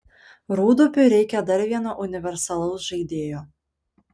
rūdupiui reikia dar vieno universalaus žaidėjo